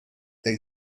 they